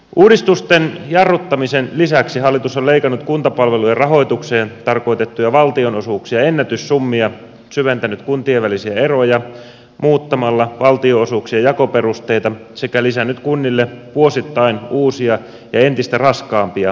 uudistusten jarruttamisen lisäksi hallitus on leikannut kuntapalvelujen rahoitukseen tarkoitettuja valtionosuuksia ennätyssummia syventänyt kuntien välisiä eroja muuttamalla valtionosuuksien jakoperusteita sekä lisännyt kunnille vuosittain uusia ja entistä raskaampia palveluvelvoitteita